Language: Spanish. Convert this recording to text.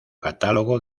catálogo